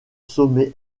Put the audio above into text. sommet